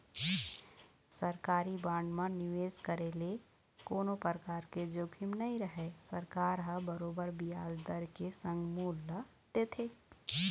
सरकारी बांड म निवेस करे ले कोनो परकार के जोखिम नइ रहय सरकार ह बरोबर बियाज दर के संग मूल ल देथे